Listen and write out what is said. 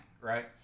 right